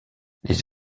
les